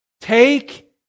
take